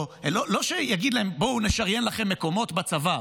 לא שהוא יגיד להם: בואו נשריין לכם מקומות בצבא,